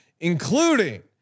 Including